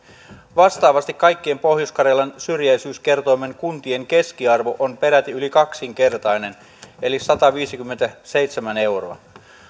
vastaavasti kaikkien pohjois karjalan syrjäisyyskertoimen kuntien keskiarvo on peräti yli kaksinkertainen eli sataviisikymmentäseitsemän euroa